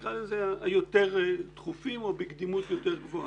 נקרא לזה היותר דחופים או בקדימות יותר גבוהה.